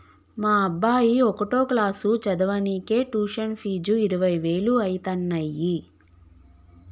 మా అబ్బాయి ఒకటో క్లాసు చదవనీకే ట్యుషన్ ఫీజు ఇరవై వేలు అయితన్నయ్యి